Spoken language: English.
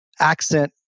accent